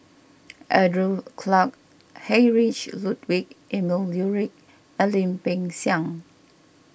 Andrew Clarke Heinrich Ludwig Emil Luering and Lim Peng Siang